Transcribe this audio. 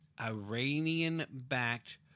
Iranian-backed